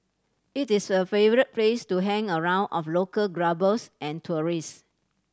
it is a favourite place to hang around of local clubbers and tourist